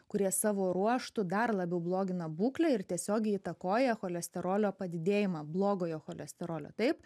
kurie savo ruožtu dar labiau blogina būklę ir tiesiogiai įtakoja cholesterolio padidėjimą blogojo cholesterolio taip